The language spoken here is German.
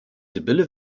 sibylle